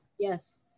Yes